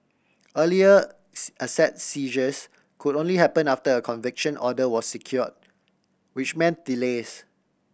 earlier asset seizures could only happen after a conviction order was secured which meant delays